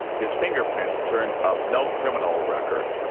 his fingerprints turned up no criminal record.